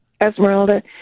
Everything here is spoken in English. Esmeralda